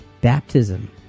baptism